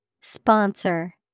Sponsor